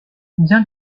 bien